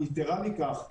יתירה מכך,